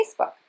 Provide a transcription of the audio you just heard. Facebook